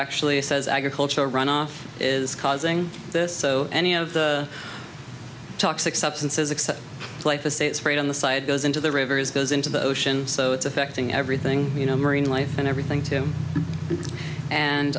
actually says agricultural runoff is causing this so any of the toxic substances except like to say it sprayed on the side goes into the rivers goes into the ocean so it's affecting everything you know marine life and everything tim and